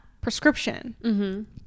prescription